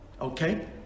Okay